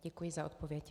Děkuji za odpověď.